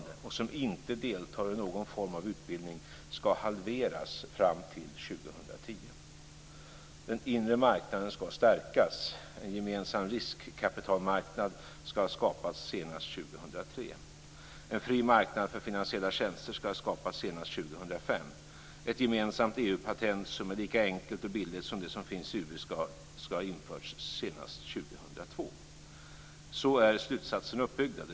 Den inre marknaden ska stärkas. Ett gemensamt EU-patent som är lika enkelt och billigt som det som finns i USA ska ha införts senast Så är slutsatserna uppbyggda.